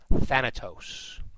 Thanatos